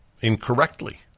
incorrectly